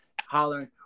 hollering